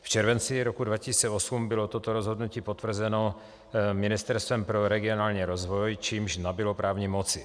V červenci 2008 bylo toto rozhodnutí potvrzeno Ministerstvem pro regionální rozvoj, čímž nabylo právní moci.